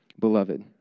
Beloved